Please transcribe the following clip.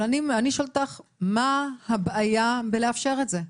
אבל אני שואלת אותך מה הבעיה בלאפשר את זה,